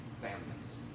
families